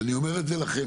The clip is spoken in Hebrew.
ואני אומר את זה לכם,